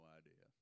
idea